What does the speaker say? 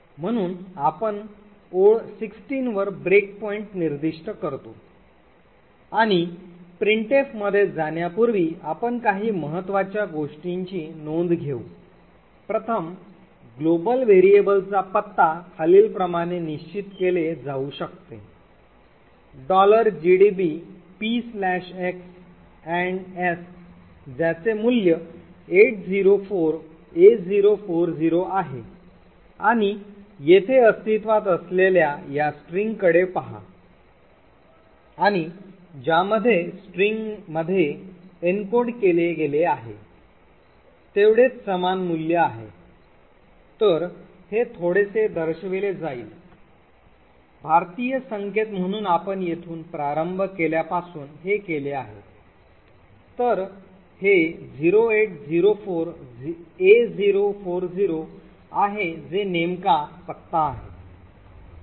म्हणून आपण ओळ 16 वर ब्रेक पॉईंट निर्दिष्ट करतो आणि printf मध्ये जाण्यापूर्वी आपण काही महत्वाच्या गोष्टींची नोंद घेऊ प्रथम ग्लोबल व्हेरिएबल चा पत्ता खालीलप्रमाणे निश्चित केले जाऊ शकते gdb px s ज्याचे मूल्य 804a040 आहे आणि येथे अस्तित्त्वात असलेल्या या स्ट्रिंगकडे पहा आणि ज्यामध्ये स्ट्रिंगमध्ये एन्कोड केले गेले आहे तेवढेच समान मूल्य आहे तर हे थोडेसे दर्शविले जाईल भारतीय संकेत म्हणून आपण येथून प्रारंभ केल्यापासून हे केले आहे तर हे 0804a040 आहे जे नेमका पत्ता आहे